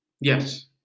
Yes